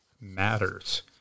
matters